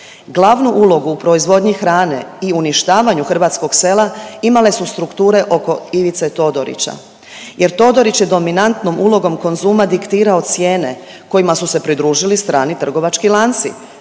Glavnu ulogu u proizvodnji hrane i uništavanju hrvatskog sela imale su strukture oko Ivice Todorića, jer Todorić je dominantnom ulogom Konzuma diktirao cijene kojima su se pridružili strani trgovački lanci